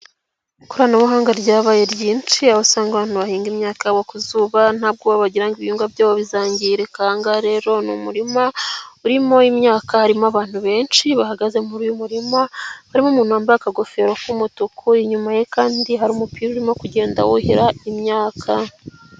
Ikoranabuhanga ryabaye ryinshi, aho usanga abantu bahinga imyaka yabo ku zuba ntabwoba bagira ibihinbwa byabo bizangirika, ahangaha rero ni umurima urimo imyaka, harimo abantu benshi bahagaze mu murima, barimo umuntu wambaye akagofero k'umutuku, inyuma ye kandi hari umupira urimo kugenda wuhira imyaka.